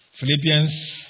Philippians